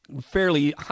fairly